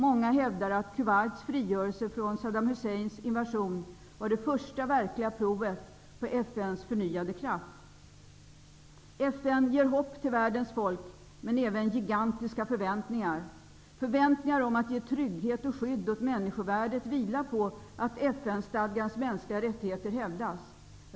Många hävdar att Kuwaits frigörelse från Saddam Husseins invasion var det första verkliga provet på FN:s arbete ger hopp till världens folk, men det ger även gigantiska förväntningar. Förväntningar om trygghet och skydd åt människovärdet vilar på att FN-stadgans mänskliga rättigheter hävdas.